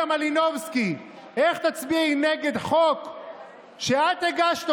הוא סגן הרמטכ"ל וגיבור ישראל.